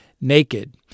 naked